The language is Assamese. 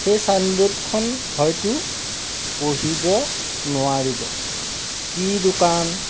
সেই চাইনবৰ্ডখন হয়তো পঢ়িব নোৱাৰিব কি দোকান